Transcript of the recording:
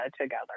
together